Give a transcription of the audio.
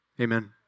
Amen